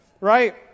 right